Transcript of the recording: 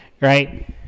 right